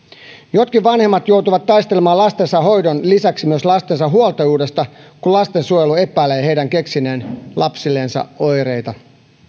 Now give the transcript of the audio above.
jotkin vanhemmat joutuvat taistelemaan lastensa hoidon lisäksi myös lastensa huoltajuudesta kun lastensuojelu epäilee heidän keksineen lapsillensa oireita